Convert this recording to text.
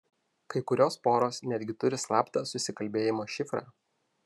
kai kurios poros netgi turi slaptą susikalbėjimo šifrą